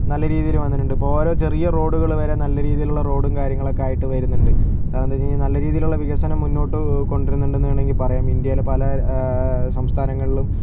നല്ല രീതിയില് വന്നിട്ടുണ്ട് ഇപ്പോൾ ഓരോ ചെറിയ റോഡുകള് വരെ നല്ല രീതിയില് റോഡും കാര്യങ്ങളൊക്കെ ആയിട്ടു വരുന്നുണ്ട് കാരണം എന്താ വെച്ചിട്ടുണ്ടെങ്കിൽ നല്ല രീതിയിലുള്ള വികസനം മുന്നോട്ട് കൊണ്ടു വരുന്നുണ്ടെന്നു വേണമെങ്കിൽ പറയാം ഇന്ത്യയിലെ പല സംസ്ഥാനങ്ങളിലും നല്ല